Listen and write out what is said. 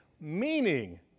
meaning